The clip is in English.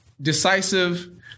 decisive